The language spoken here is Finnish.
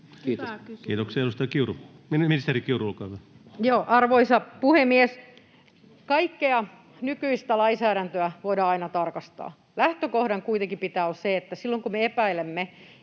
Kiitoksia. — Ministeri Kiuru, olkaa hyvä. Arvoisa puhemies! Kaikkea nykyistä lainsäädäntöä voidaan aina tarkastaa. Lähtökohdan kuitenkin pitää olla se, että silloin kun me epäilemme,